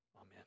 Amen